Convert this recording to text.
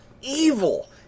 evil